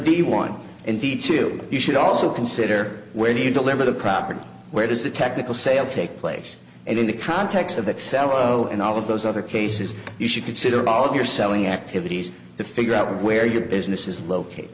be one and the two you should also consider when you deliver the property where does the technical sale take place and in the context of the excello and all of those other cases you should consider all of your selling activities to figure out where your business is locate